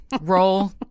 Roll